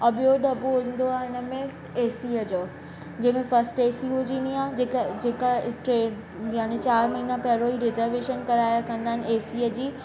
ऐं ॿियो दॿो ईंदो आहे हिनमें एसीअ जो जंहिंमें फस्ट एसी हुजनी आहे जेका जेका ट्रेन यानि चारि महीना पहिरियों ई रिजरवेशन कराए रखंदा आहिनि एसीअ जी